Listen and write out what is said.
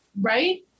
right